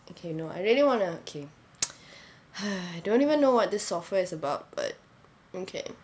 okay no I really wanna K I don't even know what this software is about but okay